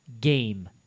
game